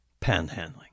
panhandling